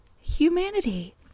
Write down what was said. humanity